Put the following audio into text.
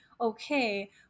okay